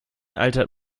altert